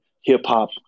hip-hop